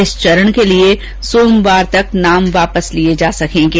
इस चरण के लिए सोमवार तक नाम वापस लिए जा सकेंगे